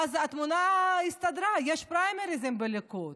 ואז התמונה הסתדרה: יש פריימריז בליכוד,